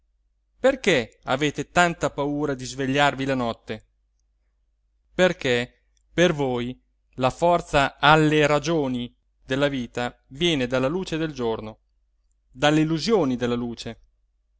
perché avete tanta paura di svegliarvi la notte perché per voi la forza alle ragioni della vita viene dalla luce del giorno dalle illusioni della luce